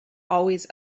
always